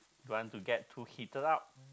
don't want to get too heated up